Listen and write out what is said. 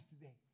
today